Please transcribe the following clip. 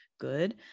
good